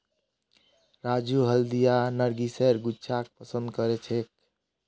राजू हल्दिया नरगिसेर गुच्छाक पसंद करछेक